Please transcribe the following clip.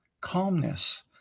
calmness